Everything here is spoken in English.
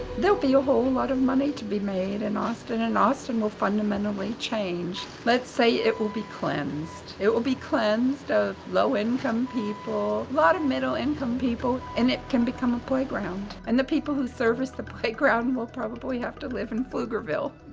there'll be a whole lot of money to be made in austin, and austin will fundamentally change. let's say it will be cleansed, it will be cleansed of low-income people, a lot of middle income people. and it can become a playground. and the people who service the playground will probably have to live in pflugerville.